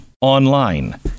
online